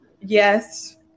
Yes